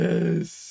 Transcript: Yes